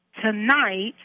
tonight